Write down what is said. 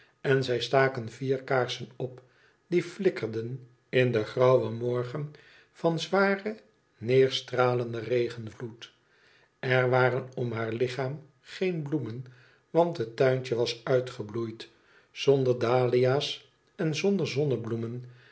en zij staken vier kaarsen op die flikkerden in den grauwen morgen van zwaren neerstralenden regenvloed er waren om haar lichaam geen bloemen want het tuintje was uitgebloeid zonder dahlia's en zonder zonnebloemen